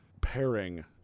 pairing